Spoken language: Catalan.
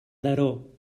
daró